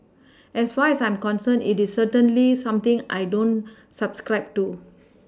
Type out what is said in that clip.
as far as I'm concerned it is certainly something I don't subscribe to